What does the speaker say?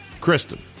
Kristen